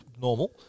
normal